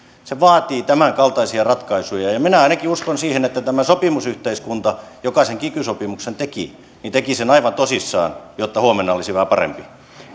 se vaatii tämänkaltaisia ratkaisuja ja ja minä ainakin uskon siihen että tämä sopimusyhteiskunta joka sen kiky sopimuksen teki teki sen aivan tosissaan jotta huomenna olisi vähän parempi